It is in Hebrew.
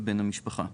לבן המשפחה,